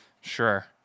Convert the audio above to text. sure